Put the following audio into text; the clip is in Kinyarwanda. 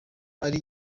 ari